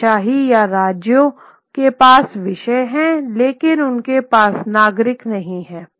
राजशाही या राज्यों के पास विषय हैं लेकिन उनके पास नागरिक नहीं हैं